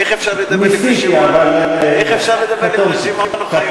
איך אפשר לדבר לפני שמעון אוחיון?